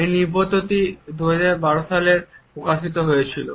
এই নিবন্ধটি 2012 সালে প্রকাশিত হয়েছিল